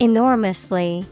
Enormously